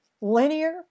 linear